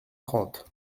trente